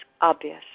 obvious